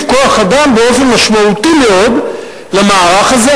כוח-אדם באופן משמעותי מאוד למערך הזה,